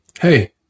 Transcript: Hey